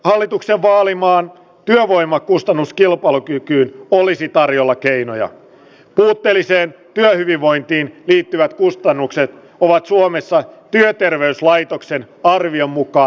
hallituksen vaalimaan työvoimakustannuskilpailukykyä olisi tarjolla keinoja ooppeliseen hyvinvointiin liittyvät kustannukset ovat suomessa on työterveyslaitoksen arvion muka